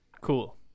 Cool